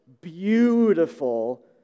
beautiful